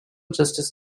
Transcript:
justice